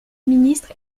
ministre